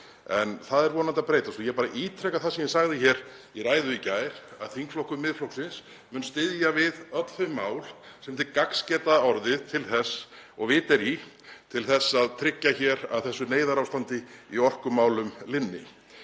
En það er vonandi að breytast. Ég bara ítreka það sem ég sagði hér í ræðu í gær, að þingflokkur Miðflokksins mun styðja við öll þau mál sem til gagns geta orðið og vit er í til þess að tryggja að þessu neyðarástandi í orkumálum linni.